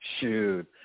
shoot